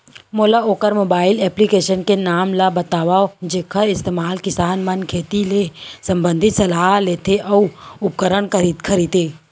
मोला वोकर mobile application के नाम ल बतावव जेखर इस्तेमाल किसान मन खेती ले संबंधित सलाह लेथे अऊ उपकरण खरीदथे?